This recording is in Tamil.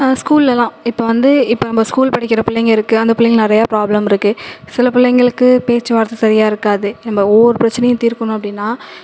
ஸ்கூல்லலாம் இப்போ வந்து இப்போ நம்ம ஸ்கூல் படிக்கிறப்போ பிள்ளைங்க இருக்குது அந்த பிள்ளைங்க நிறைய ப்ராப்ளம் இருக்குது சில பிள்ளைங்களுக்கு பேச்சு வார்த்தை சரியா இருக்காது நம்ம ஒவ்வொரு பிரச்சனையும் தீர்க்கணும் அப்படினா